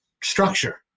structure